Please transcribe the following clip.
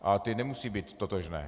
A ty nemusí být totožné.